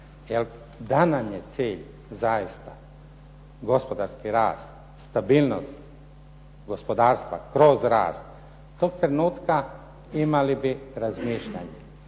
Da nam je cilj zaista gospodarski rast, stabilnost gospodarstva kroz rast tog trenutka imali bi razmišljanje